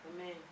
Amen